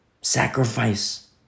sacrifice